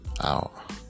out